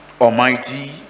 Almighty